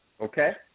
okay